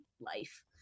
life